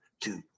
two